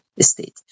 state